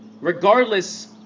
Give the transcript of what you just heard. Regardless